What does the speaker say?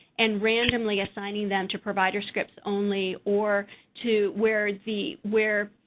and randomly assigning them to provider scripts only, or to where the where